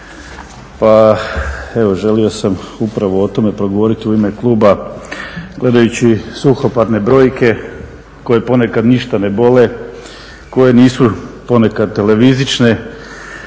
pa evo želio sam upravo o tome progovoriti u ime kluba. Gledajući suhoparne brojke koje ponekad ništa ne bole, koje nisu ponekad televizične